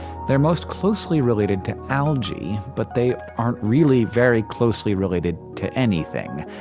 they're most closely related to algae, but they aren't really very closely related to anything.